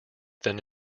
than